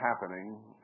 happening